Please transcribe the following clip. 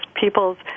people's